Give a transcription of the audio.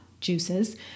juices